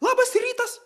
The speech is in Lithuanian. labas rytas